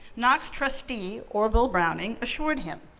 knox trustee orville browning assured him,